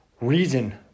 reason